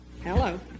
Hello